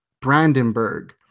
Brandenburg